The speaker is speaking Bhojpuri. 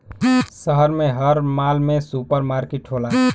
शहर में हर माल में सुपर मार्किट होला